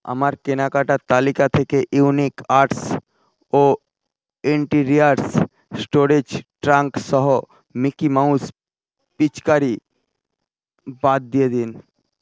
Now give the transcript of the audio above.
আমার কেনাকাটার তালিকা থেকে ইউনিক আর্টস ও ইন্টিরিয়ারস স্টোরেজ ট্রাঙ্ক সহ মিকি মাউস পিচকারি বাদ দিয়ে দিন